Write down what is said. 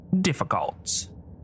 difficult